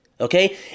okay